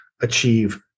achieve